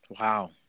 Wow